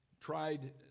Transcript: tried